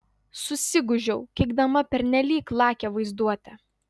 susigūžiau keikdama pernelyg lakią vaizduotę